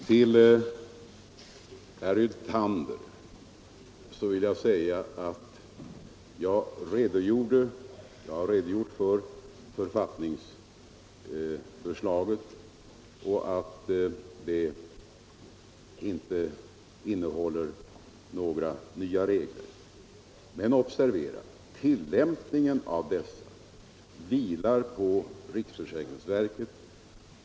Till herr Hyltander vill jag säga att jag här har redogjort för författningsförslaget och framhållit att det inte innehåller några nya regler. Men observera att tillämpningen av reglerna ankommer på riksförsäkringsverket.